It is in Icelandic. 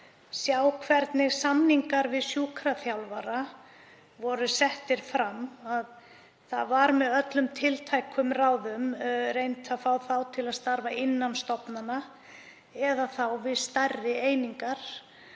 sjá hvernig samningar við sjúkraþjálfara voru settir fram. Það var með öllum tiltækum ráðum reynt að fá þá til að starfa innan stofnana eða þá við stærri einingar.